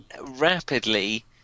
rapidly